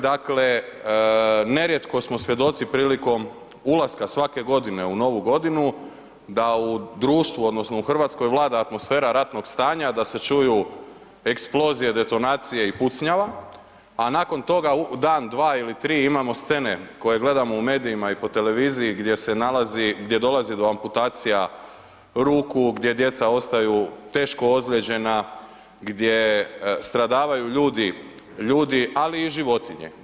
Dakle, nerijetko smo svjedoci prilikom ulaska svake godine u novu godinu da u društvu, odnosno u Hrvatskoj vlada atmosfera ratnog stanja, da se čuju eksplozije, detonacije i pucnjava a nakon toga dan, dva ili tri imamo scene koje gledamo u medijima i po televiziji gdje se nalazi, gdje dolazi do amputacija ruku, gdje djeca ostaju teško ozlijeđena gdje stradavaju ljudi, ljudi ali i životinje.